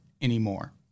anymore